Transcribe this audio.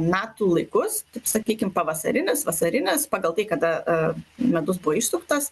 metų laikus taip sakykim pavasarinis vasarinis pagal tai kada a medus buvo išsuktas